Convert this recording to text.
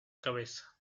cabeza